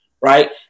right